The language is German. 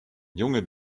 junge